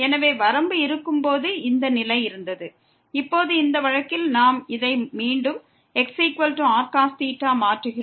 எனவே வரம்பு இருக்கும்போது இந்த நிலை இருந்தது இப்போது இந்த வழக்கில் நாம் இதை மீண்டும் xrcos என மாற்றுகிறோம்